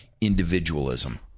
individualism